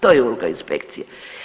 To je uloga inspekcije.